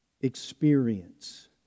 experience